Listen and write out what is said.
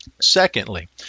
Secondly